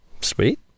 sweet